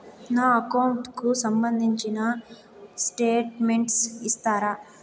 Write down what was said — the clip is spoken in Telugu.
నా అకౌంట్ కు సంబంధించిన స్టేట్మెంట్స్ ఇస్తారా